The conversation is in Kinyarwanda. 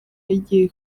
yagiye